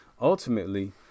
Ultimately